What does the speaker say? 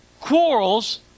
quarrels